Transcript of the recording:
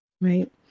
right